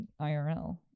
irl